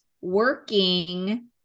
working